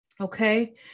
okay